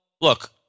look